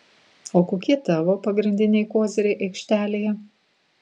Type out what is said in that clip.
o kokie tavo pagrindiniai koziriai aikštelėje